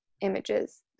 images